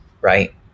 right